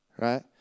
right